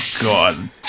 God